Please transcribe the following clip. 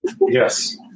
yes